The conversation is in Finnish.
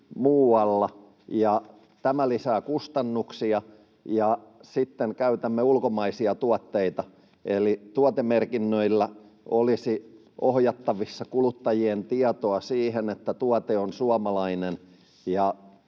muualla. Tämä lisää kustannuksia, ja sitten käytämme ulkomaisia tuotteita. Eli tuotemerkinnöillä olisi ohjattavissa kuluttajien tietoa siihen, että tuote on suomalainen, ja